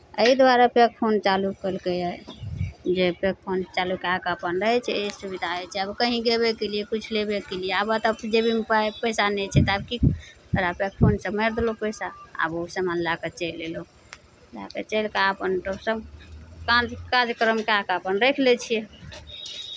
एहि दुआरे pay phone चालू केलकैए जे पे फोन चालू कए कऽ अपन रहै छै सुविधा होइ छै आब कहीँ गेबे केलियै किछु लेबे केलियै आब ओतय जेबीमे पाइ पैसा नहि छै तऽ आब की करतै फोनसँ मारि देलहुँ पैसा आब ओ सामान लए कऽ चलि अयलहुँ लए कऽ चलि कऽ अपन दोसर काज कार्यक्रम कए कऽ अपन राखि लै छियै